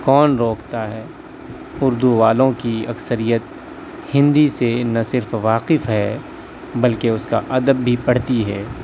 کون روکتا ہے اردو والوں کی اکثریت ہندی سے نہ صرف واقف ہے بلکہ اس کا ادب بھی پڑھتی ہے